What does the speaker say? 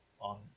on